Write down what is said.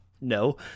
no